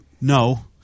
no